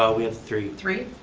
ah we have three. three,